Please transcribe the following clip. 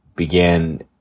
began